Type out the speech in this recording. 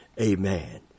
amen